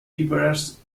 diverse